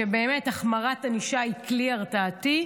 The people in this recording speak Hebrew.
שבאמת החמרת ענישה היא כלי הרתעתי.